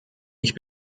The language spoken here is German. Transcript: ich